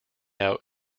out